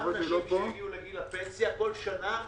גם הנשים